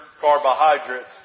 carbohydrates